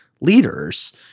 leaders